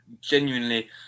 genuinely